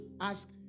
ask